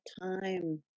time